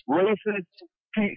racist